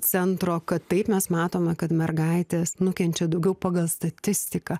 centro kad taip mes matome kad mergaitės nukenčia daugiau pagal statistiką